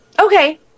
Okay